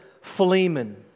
Philemon